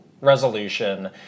resolution